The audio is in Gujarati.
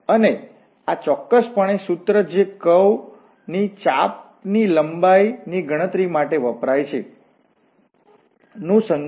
અને આ ચોક્કસપણે સૂત્ર જે કર્વ વળાંક ની ચાપ ની લંબાઈની ગણતરી માટે વપરાય છે નું સંકલિત છે